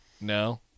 No